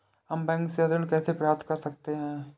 हम बैंक से ऋण कैसे प्राप्त कर सकते हैं?